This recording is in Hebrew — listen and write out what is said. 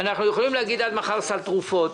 אנחנו יכולים להגיד עד מחר סל תרופות,